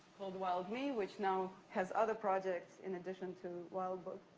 called wild me, which now has other projects in addition to wildbook.